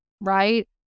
right